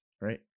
Right